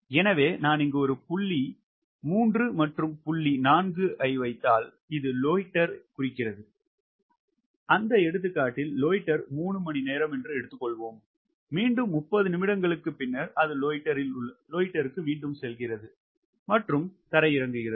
எனவே நான் இங்கு ஒரு புள்ளி 3 மற்றும் புள்ளி 4 ஐ வைத்தால் இது லோய்ட்டர் குறிக்கிறது அந்த எடுத்துக்காட்டில் லோயிட்டர் 3 மணிநேரம் எடுத்துக்கொள்வோம் மீண்டும் 30 நிமிடங்களுக்கு பின்னர் அது லோயிட்டர் க்கு மீண்டும் செல்கிறது மற்றும் தரை இறங்குகிறது